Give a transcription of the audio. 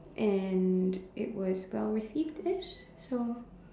and it was well received ish so